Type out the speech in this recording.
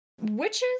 witches